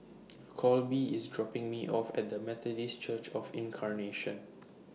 Colby IS dropping Me off At The Methodist Church of Incarnation